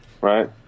right